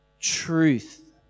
truth